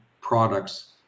products